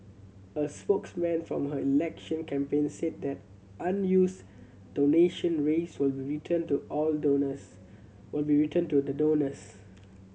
a spokesman from her election campaign said that an use donation raise will be returned to all donors will be returned to the donors